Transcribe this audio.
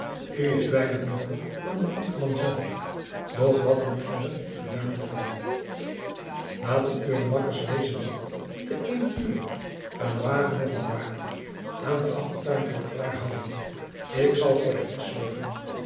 is bijlo milder dan de ambtman zelf doch wat moet verder edaôn worden laten uwe makkers deze nacht te een ure een wagen of een paard aan de achtertuinpoort klaar houden ik zal voor de rest zorgen